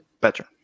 better